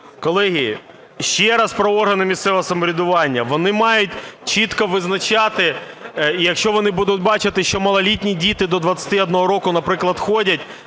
Колеги, ще раз про органи місцевого самоврядування. Вони мають чітко визначати і якщо вони будуть бачити, що малолітні діти до 21 року, наприклад, ходять,